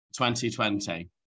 2020